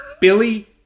Billy